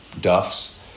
Duff's